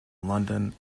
london